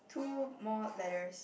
two more letters